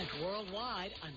worldwide